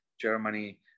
germany